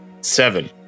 Seven